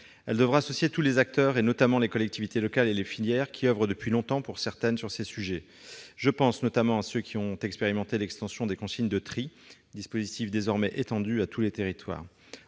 Elle devra associer tous les acteurs, notamment les collectivités territoriales et les filières, qui oeuvrent, depuis longtemps pour certaines, sur ces sujets. Je pense notamment aux collectivités territoriales ayant expérimenté l'extension des consignes de tri, un dispositif désormais étendu à tous les territoires.